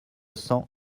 cents